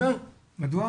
מדוע?